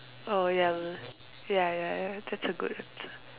orh ya ya ya ya thats a good answer